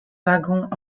wagon